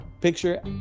picture